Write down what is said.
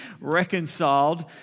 reconciled